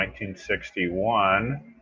1961